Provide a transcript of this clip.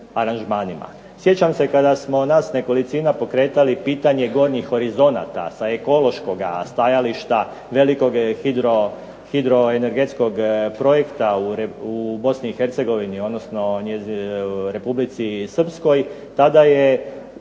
Sjećam se kada je nas nekolicina pokretala pitanje gornjih horizonata sa ekološkog stajališta velikog hidroenergetskog projekta u Bosni i Hercegovini odnosno REpublici Srpskoj tad je